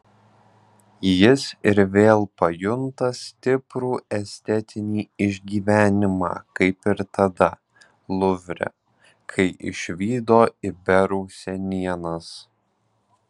jis ir vėl pajunta stiprų estetinį išgyvenimą kaip ir tada luvre kai išvydo iberų senienas